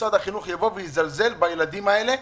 שמשרד החינוך יזלזל בילדים האלה,